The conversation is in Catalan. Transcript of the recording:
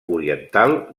oriental